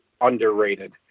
underrated